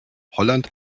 holland